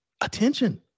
Attention